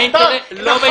לא.